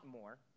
more